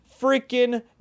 freaking